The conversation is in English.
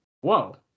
Whoa